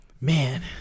man